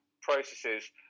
processes